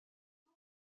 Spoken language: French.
non